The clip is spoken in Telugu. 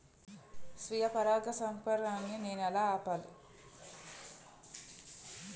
స్వీయ పరాగసంపర్కాన్ని నేను ఎలా ఆపిల్?